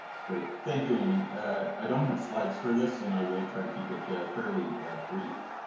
thank you. any i don't have slides for this and i will try to keep it fairly brief.